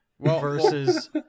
versus